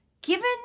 Given